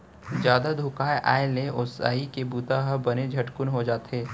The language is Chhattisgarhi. जादा धुका आए ले ओसई के बूता ह बने झटकुन हो जाथे